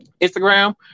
Instagram